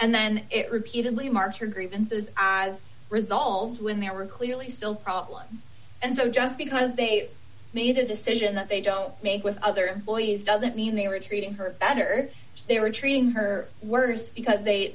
and then it repeatedly marked your grievances as resolved when there were clearly still problems and so just because they made a decision that they don't make with other boys doesn't mean they were treating her better they were treating her words because they